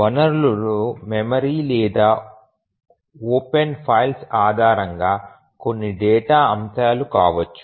వనరులు మెమరీ లేదా open files ఆధారంగా కొన్ని డేటా అంశాలు కావచ్చు